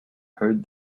heard